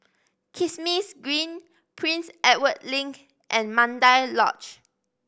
Kismis Green Prince Edward Link and Mandai Lodge